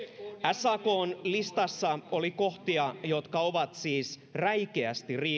sakn listassa oli kohtia jotka ovat siis räikeästi